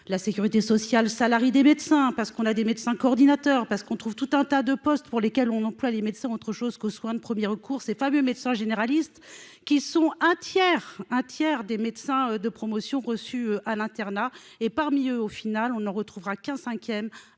la sécurité sociale salarie des médecins, parce qu'on a des médecins coordinateurs parce qu'on trouve tout un tas de postes pour lesquels on emploie les médecins autre chose qu'aux soins de 1er recours c'est pas mieux, médecin généraliste, qui sont un tiers, un tiers des médecins de promotions reçues à l'internat et parmi eux, au final, on ne retrouvera qu'un cinquième,